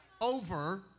over